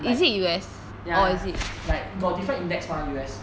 but ya ya like got different index mah U_S